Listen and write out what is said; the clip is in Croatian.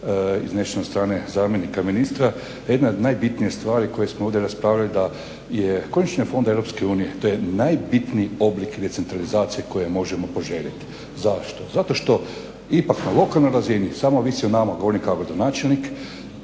iznesene od strane zamjenika ministra. Jedna od najbitnijih stvari o kojoj smo ovdje raspravljali da je korištenje fonda Europske unije to je najbitniji oblik decentralizacije koji možemo poželjet. Zašto, zato što ipak na lokalnoj razini samo ovisi o nama, govorim kao gradonačelnik,